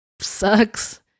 sucks